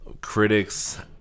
Critics